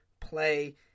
play